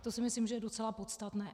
To si myslím, že je docela podstatné.